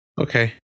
Okay